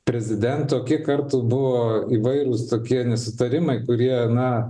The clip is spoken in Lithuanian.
prezidento kiek kartų buvo įvairūs tokie nesutarimai kurie na